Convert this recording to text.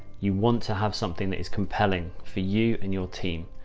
you want to have something that is compelling for you and your team.